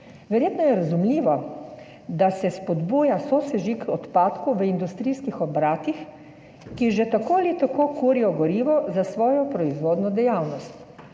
Verjetno je razumljivo, da se spodbuja sosežig odpadkov v industrijskih obratih, ki že tako ali tako kurijo gorivo za svojo proizvodno dejavnost,